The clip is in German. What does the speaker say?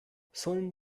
soll